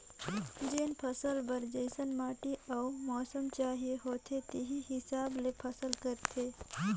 जेन फसल बर जइसन माटी अउ मउसम चाहिए होथे तेही हिसाब ले फसल करथे